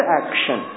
action